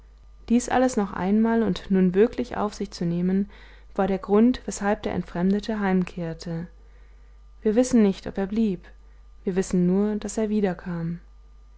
dies alles noch einmal und nun wirklich auf sich zu nehmen war der grund weshalb der entfremdete heimkehrte wir wissen nicht ob er blieb wir wissen nur daß er wiederkam